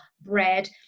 bread